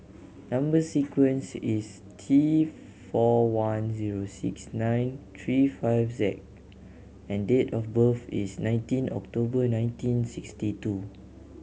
number sequence is T four one zero six nine three five Z and date of birth is nineteen October nineteen sixty two